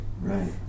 Right